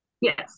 Yes